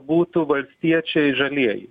būtų valstiečiai žalieji